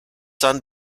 son